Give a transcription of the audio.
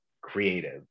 creative